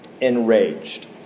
enraged